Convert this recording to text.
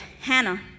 Hannah